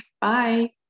Bye